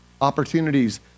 opportunities